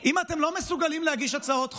אם אתם לא מסוגלים להגיש הצעות חוק?